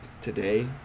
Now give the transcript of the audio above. today